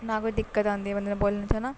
ਨਾ ਕੋਈ ਦਿੱਕਤ ਆਉਂਦੀ ਬੰਦੇ ਨੂੰ ਬੋਲਣ 'ਚ ਹੈ ਨਾ